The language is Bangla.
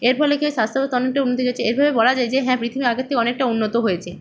এর ফলে কী হয় স্বাস্থ্য ব্যবস্থা অনেকটাই উন্নতি এর ফলে বলা যায় যে হ্যাঁ পৃথিবী আগের থেকে অনেকটা উন্নত হয়েছে